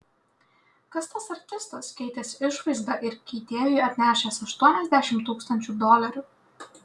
kas tas artistas keitęs išvaizdą ir keitėjui atnešęs aštuoniasdešimt tūkstančių dolerių